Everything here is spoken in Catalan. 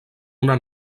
una